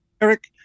Eric